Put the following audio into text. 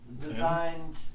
designed